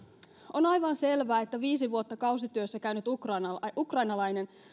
on aivan selvää että viisi vuotta kausityössä käynyt ukrainalainen ukrainalainen